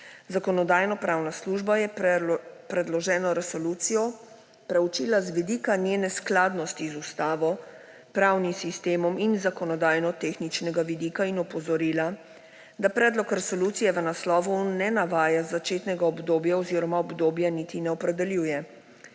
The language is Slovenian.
Zakonodajno-pravna služba je predloženo resolucijo preučila z vidika njene skladnosti z ustavo, pravnim sistemom in z zakonodajno-tehničnega vidika in opozorila, da predlog resolucije v naslovu ne navaja začetnega obdobja oziroma obdobja niti ne opredeljuje.